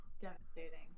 devastating